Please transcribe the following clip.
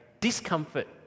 discomfort